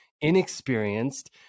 inexperienced